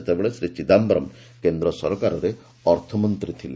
ସେତେବେଳେ ଶ୍ରୀ ଚିଦାମ୍ଘରମ୍ କେନ୍ଦ୍ର ସରକାରରେ ଅର୍ଥମନ୍ତ୍ରୀ ଥିଲେ